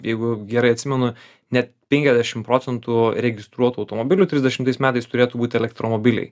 jeigu gerai atsimenu net penkiasdešim procentų registruotų automobilių trisdešimtais metais turėtų būt elektromobiliai